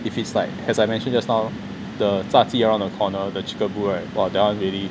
if it's like as I mentioned just now the 炸鸡 around the corner the chickaboo right that [one] really